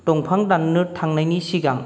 दंफां दाननो थांनायनि सिगां